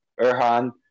Erhan